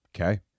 Okay